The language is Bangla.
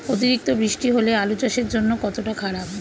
অতিরিক্ত বৃষ্টি হলে আলু চাষের জন্য কতটা খারাপ?